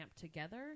together